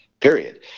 period